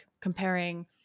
comparing